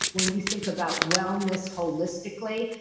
when you think about wellness holistically,